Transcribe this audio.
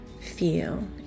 feel